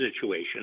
situation